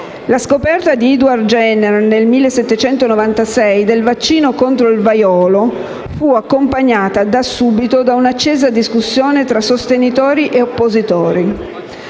La scoperta di Edward Jenner nel 1796 del vaccino contro il vaiolo fu accompagnata da subito da un'accesa discussione fra sostenitori e oppositori.